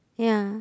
yeah